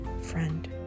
friend